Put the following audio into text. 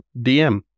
DM